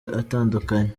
atandukanye